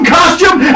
costume